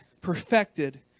perfected